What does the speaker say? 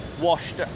washed